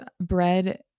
bread